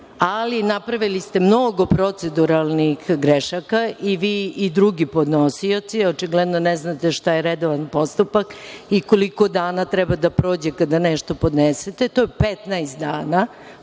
raspravimo. Napravili ste mnogo proceduralnih grešaka, i vi, i drugi podnosioci. Očigledno ne znate šta je redovan postupak i koliko dana treba da prođe kada nešto podnesete. To je 15 dana,